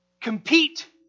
Compete